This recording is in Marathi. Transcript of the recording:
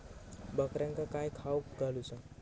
बकऱ्यांका काय खावक घालूचा?